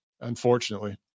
unfortunately